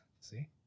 See